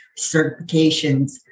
certifications